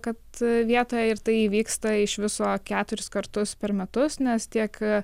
kad vietoje ir tai įvyksta iš viso keturis kartus per metus nes tiek